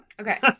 Okay